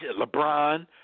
LeBron